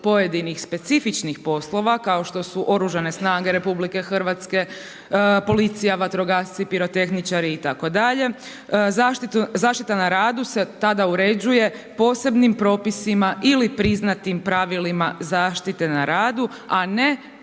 pojedinih specifičnih poslova kao što su OS RH, policija, vatrogasci, pirotehničari itd., zaštita na radu se tada uređuje posebnim propisima ili priznatim pravilima zaštite na radu a ne